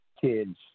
kids